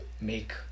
make